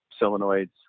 solenoids